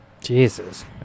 Jesus